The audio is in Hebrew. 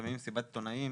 כשמקיימים מסיבת עיתונאים